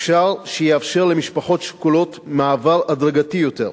אפשר שיאפשר למשפחות שכולות מעבר הדרגתי יותר,